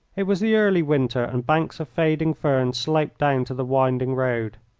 it was the early winter, and banks of fading fern sloped down to the winding road.